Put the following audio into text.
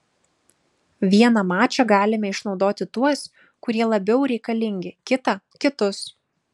vieną mačą galime išnaudoti tuos kurie labiau reikalingi kitą kitus